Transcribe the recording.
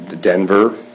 Denver